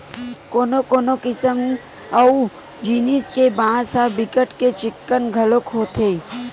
कोनो कोनो किसम अऊ जिनिस के बांस ह बिकट के चिक्कन घलोक होथे